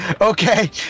Okay